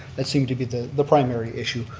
that seemed to be the the primary issue,